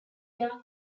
dark